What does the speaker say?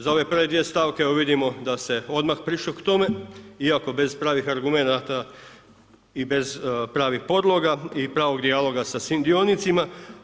Za ove prve dvije stavke evo vidimo da se odmah prišlo k tome iako bez pravih argumenata i bez pravih podloga i pravog dijaloga sa svim dionicima.